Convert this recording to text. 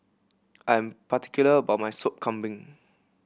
I'm particular about my Sop Kambing